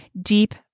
deep